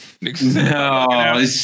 No